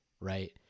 right